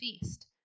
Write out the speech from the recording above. feast